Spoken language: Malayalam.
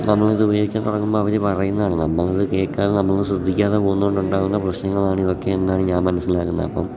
നമ്മളിത് ഉപയോഗിക്കാൻ തുടങ്ങുമ്പോൾ അവർ പറയുന്നതാണ് നമ്മളിത് കേൾക്കാതെ നമ്മൾ ശ്രദ്ധിക്കാതെ പോകുന്നതുകൊണ്ടുണ്ടാകുന്ന പ്രശ്നങ്ങളാണ് ഇതൊക്കെ എന്നാണ് ഞാൻ മനസ്സിലാക്കുന്നത് അപ്പം